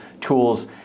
tools